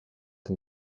den